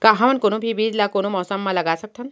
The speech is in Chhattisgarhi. का हमन कोनो भी बीज ला कोनो मौसम म लगा सकथन?